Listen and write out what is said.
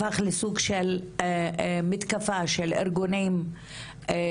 הפך לסוג של מתקפה של ארגונים רבים,